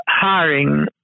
hiring